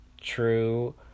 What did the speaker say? true